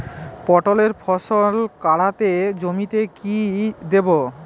পটলের ফলন কাড়াতে জমিতে কি দেবো?